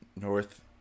north